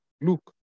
Look